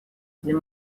для